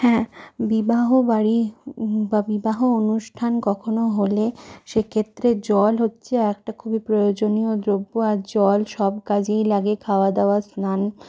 হ্যাঁ বিবাহবাড়ি বা বিবাহ অনুষ্ঠান কখনও হলে সেক্ষেত্রে জল হচ্ছে একটা খুবই প্রয়োজনীয় দ্রব্য আর জল সব কাজেই লাগে খাওয়া দাওয়া স্নান